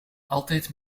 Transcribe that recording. altijd